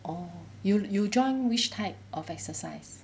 orh you you join which type of exercise